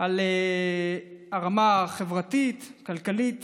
על הרמה החברתית והכלכלית